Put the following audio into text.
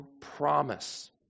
promise